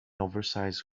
oversize